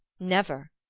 never.